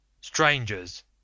Strangers